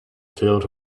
filled